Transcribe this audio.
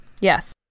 Yes